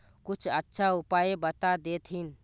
कुछ अच्छा उपाय बता देतहिन?